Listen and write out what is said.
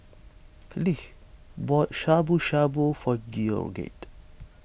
Leigh bought Shabu Shabu for Georgette